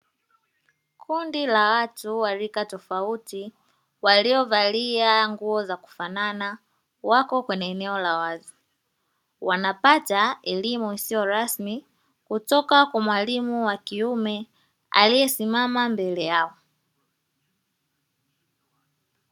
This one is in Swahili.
Kundi la watu Wa rika tofauti waliovalia nguo za kufanana wako kwenye eneo la wazi, wanapata elimu isiyo rasmi kutoka kwa mwalimu wa kiume aliyesimama mbele Yao.